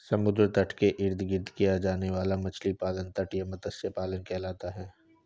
समुद्र तट के इर्द गिर्द किया जाने वाला मछली पालन तटीय मत्स्य पालन कहलाता है